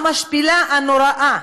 המשפילה, הנוראה.